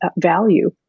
value